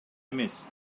эмес